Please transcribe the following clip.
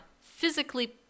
physically